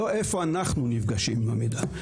לא איפה אנחנו נפגעים עם המידע.